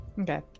Okay